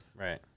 Right